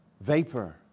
Vapor